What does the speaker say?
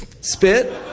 spit